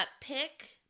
Pick